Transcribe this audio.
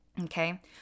okay